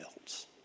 else